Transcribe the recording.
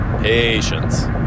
Patience